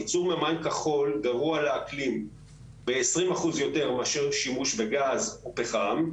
ייצור מימן כחול גרוע לאקלים ב-20% מאשר שימוש בגז או פחם,